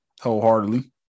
wholeheartedly